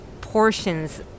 portions